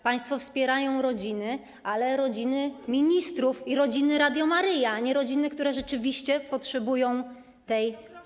Państwo wspierają rodziny, ale rodziny ministrów i rodziny Radia Maryja, a nie rodziny, które rzeczywiście potrzebują tej pomocy.